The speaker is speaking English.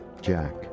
jack